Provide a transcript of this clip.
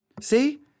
See